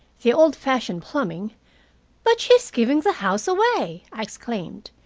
the old-fashioned plumbing but she is giving the house away, i exclaimed.